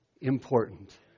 important